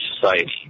Society